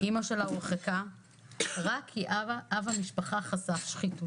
אימא שלה הורחקה רק כי אב המשפחה חשף שחיתות.